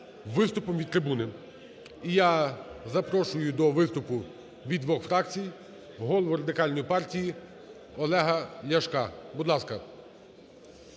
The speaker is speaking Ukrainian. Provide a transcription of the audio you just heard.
виступом від трибуни. І я запрошую до виступу від двох фракцій голову Радикальної партії Олега Ляшко. Будь ласка.